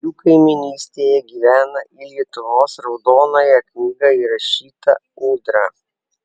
jų kaimynystėje gyvena į lietuvos raudonąją knygą įrašyta ūdra